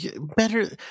Better